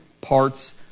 parts